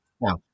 Now